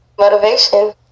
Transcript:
motivation